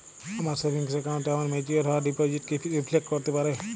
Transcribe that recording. আমার সেভিংস অ্যাকাউন্টে আমার ম্যাচিওর হওয়া ডিপোজিট কি রিফ্লেক্ট করতে পারে?